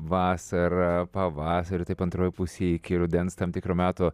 vasarą pavasarį taip antroje pusėje iki rudens tam tikru metu